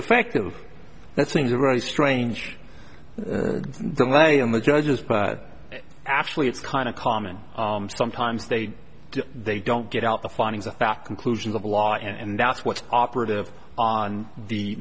effective that seems very strange the way in the judges but actually it's kind of common sometimes they do they don't get out the findings of fact conclusions of law and that's what's operative on the